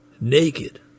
Naked